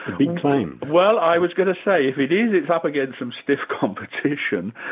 big claim. well, i was going to say, if it is it's up against some stiff competition,